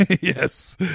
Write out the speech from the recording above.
Yes